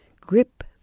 grip